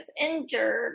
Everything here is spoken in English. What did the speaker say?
injured